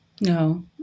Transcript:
No